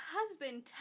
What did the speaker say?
husband